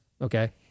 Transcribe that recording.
Okay